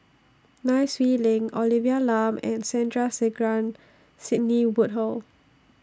Nai Swee Leng Olivia Lum and Sandrasegaran Sidney Woodhull